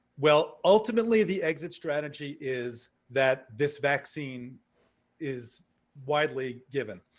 well, ultimately, the exit strategy is that this vaccine is widely given.